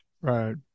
Right